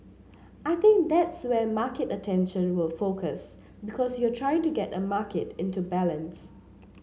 I think that's where market attention will focus because you're trying to get a market into balance